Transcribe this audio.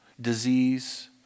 disease